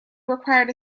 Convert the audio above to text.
required